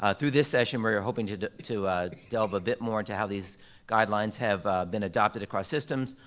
ah through this session, we're hoping to to delve a bit more into how these guidelines have been adopted across systems,